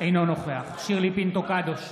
אינו נוכח שירלי פינטו קדוש,